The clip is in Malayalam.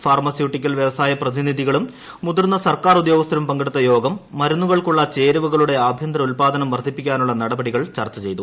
ഫാർമസ്യൂട്ടിക്കൽ വ്യവസായ പ്രതിനിധികളും മുതിർന്ന സർക്കാർ ഉദ്യോഗസ്ഥരും പങ്കെടുത്ത യോഗം മരുന്നുകൾക്കുള്ള ചേരുവകളുടെ ആഭ്യന്തര ഉൽപ്പാദനം വർദ്ധിപ്പിക്കാനുള്ള നടപടികൾ ചർച്ച ചെയ്തു